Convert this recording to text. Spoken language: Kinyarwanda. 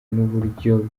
n’uburyo